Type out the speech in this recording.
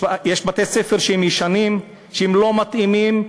יש בתי-ספר ישנים שהם לא מתאימים,